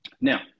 Now